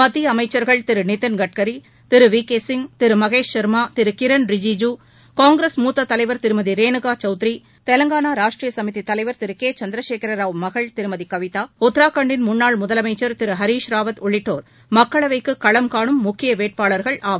மத்திய அமைச்சர்கள் திரு நிதின் கட்கரி திரு வி கே சிங் திரு மகேஷ் சர்மா திரு கிரண் ரிஜிஜூ காங்கிரஸ் மூத்தத் தலைவா் திருமதி ரேணுகா சவுத்ரி தெலுங்கானா ராஷ்டிரிய சமிதி தலைவா் திரு கே சந்திரகேர ராவ் மகள் திருமதி கவிதா உத்தரகாண்ட்டின் முன்னாள் முதலமைச்சா் திரு ஹீஷ் ராவத் உள்ளிட்டோர் மக்களவைக்கு களம் காணும் முக்கிய வேட்பாளர்கள் ஆவர்